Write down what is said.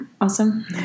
awesome